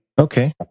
Okay